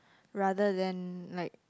rather than like